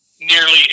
nearly